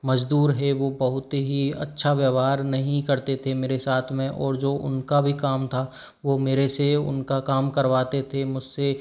मज़दूर हैं वो बहुत ही अच्छा व्यवहार नहीं करते थे मेरे साथ में और जो उन का भी काम था वो मेरे से उनका काम करवाते थे मुझसे